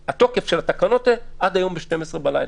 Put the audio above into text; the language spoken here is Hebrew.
שהתוקף של התקנות האלה יחול עד היום ב-12 בלילה.